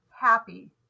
happy